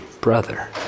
brother